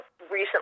recently